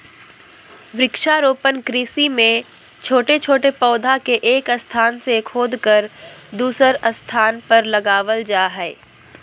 वृक्षारोपण कृषि मे छोट छोट पौधा के एक स्थान से खोदकर दुसर स्थान पर लगावल जा हई